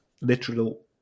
literal